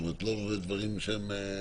כלומר לא בדברים שהם